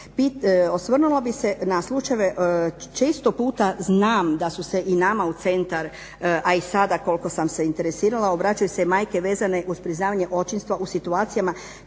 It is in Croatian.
osvrnula bih se na slučajeve često puta znam da su se i nama u centar a i sada koliko sam se interesirala obraćaju se majke vezane uz priznavanje očinstva u situacijama